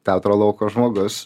teatro lauko žmogus